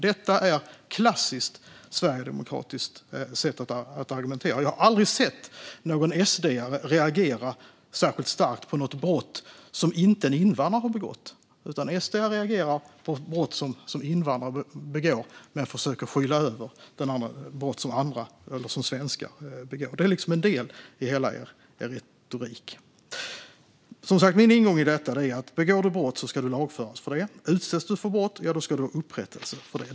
Det är ett klassiskt sverigedemokratiskt sätt att argumentera på. Jag har aldrig sett någon SD:are reagera särskilt starkt på något brott som har begåtts av någon som inte är invandrare, utan SD:are reagerar på brott som invandrare begår men försöker skyla över brott som svenskar begår. Det är en del i deras retorik. Min ingång i detta är som sagt: Begår du brott ska du lagföras för det. Utsätts du för brott ska du få upprättelse för det.